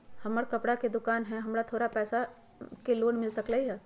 हमर कपड़ा के दुकान है हमरा थोड़ा पैसा के लोन मिल सकलई ह?